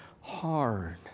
hard